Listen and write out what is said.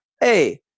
hey